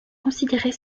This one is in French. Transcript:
considérer